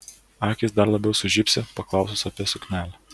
akys dar labiau sužibsi paklausus apie suknelę